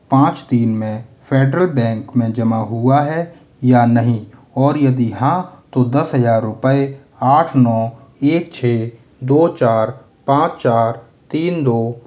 पाँच तीन में फ़ेडरल बैंक में जमा हुआ है या नहीं और यदि हाँ तो दस हज़ार रुपये आठ नौ एक छ दो चार पाँच चार तीन दो